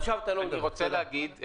אני רוצה להגיד,